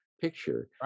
picture